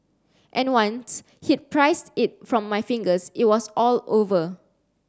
and once he'd prised it from my fingers it was all over